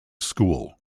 school